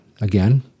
again